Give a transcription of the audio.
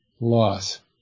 loss